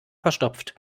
verstopft